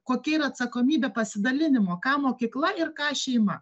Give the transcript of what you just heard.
kokia yra atsakomybė pasidalinimo ką mokykla ir ką šeima